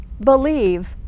believe